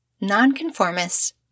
Nonconformist